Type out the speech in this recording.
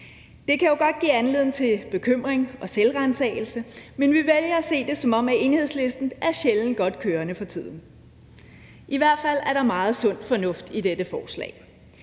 Det kan godt jo give anledning til bekymring og selvransagelse, men vi vælger at se det, som om Enhedslisten er sjældent godt kørende for tiden, i hvert fald er der meget sund fornuft i dette forslag.